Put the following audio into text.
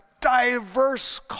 diverse